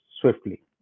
swiftly